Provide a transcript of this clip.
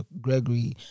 Gregory